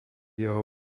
jeho